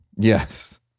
Yes